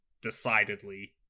decidedly